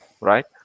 right